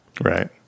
Right